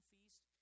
Feast